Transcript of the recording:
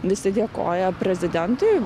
visi dėkojo prezidentui